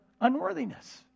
unworthiness